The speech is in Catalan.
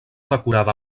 decorada